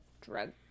drug